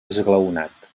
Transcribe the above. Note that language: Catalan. esglaonat